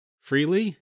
freely